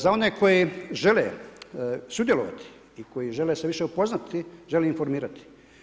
Za one koji žele sudjelovati i koji žele se više upoznati, žele informirati.